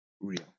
real